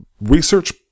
research